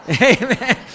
Amen